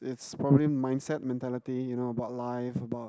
it's probably mindset mentality you know about life about